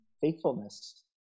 faithfulness